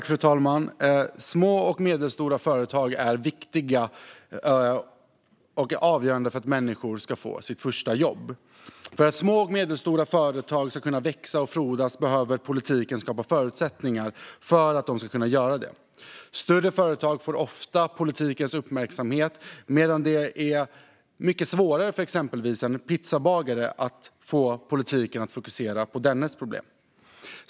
Fru talman! Små och medelstora företag är viktiga och avgörande för att människor ska få sitt första jobb. För att små och medelstora företag ska kunna växa och frodas behöver politiken skapa förutsättningar för att de ska kunna göra det. Större företag får ofta politikens uppmärksamhet medan det kan vara svårt för exempelvis en pizzabagare att få politiken att fokusera på dennes problem.